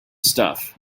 stuff